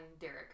Derek